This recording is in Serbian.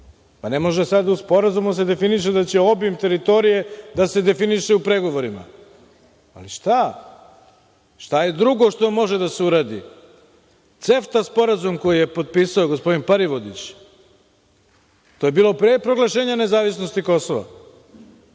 Pa, ne može sada u Sporazumu da se definiše da će obim teritorije da se definiše u pregovorima, ali šta je drugo što može da se uradi? CEFTA sporazum koji je potpisao gospodin Parivodić, to je bilo pre proglašenja nezavisnosti Kosova,